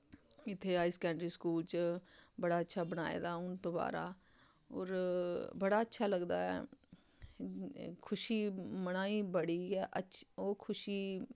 इत्थै high secondary school च बड़ा अच्छा बनाए दा हून दबारा होर बड़ा अच्छा लगदा ऐ खुशी मनाई बड़ी गै अच्छी ओह् खुशी